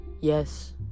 Yes